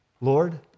Lord